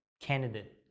candidate